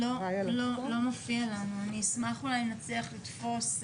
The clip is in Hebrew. אולי כן אגיד קודם מה הכלל הרגיל,